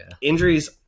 Injuries